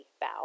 bow